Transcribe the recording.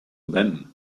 them